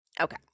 okay